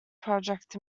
project